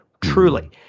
truly